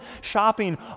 shopping